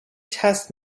test